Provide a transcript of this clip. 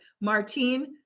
Martine